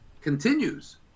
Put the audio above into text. continues